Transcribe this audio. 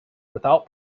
without